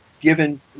given